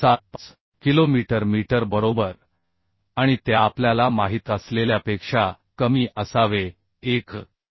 75 kilometre metre बरोबर आणि ते आपल्याला माहित असलेल्यापेक्षा कमी असावे 1